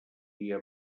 dia